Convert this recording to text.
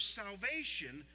salvation